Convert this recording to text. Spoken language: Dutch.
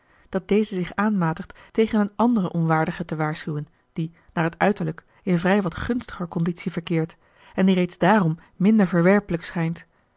dat deze zich aanmatigt tegen een anderen onwaardige te waarschuwen die naar het uiterlijk in vrij wat gunstiger conditie verkeert en die reeds daarom minder verwerpelijk schijnt